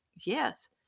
yes